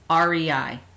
REI